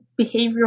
behavioral